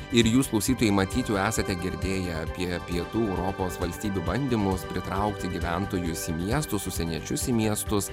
ir jūs klausytojai matyt jau esate girdėję apie pietų europos valstybių bandymus pritraukti gyventojus į miestus užsieniečius į miestus